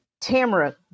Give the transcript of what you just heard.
Tamara